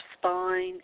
spine